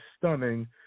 stunning